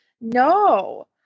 No